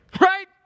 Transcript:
right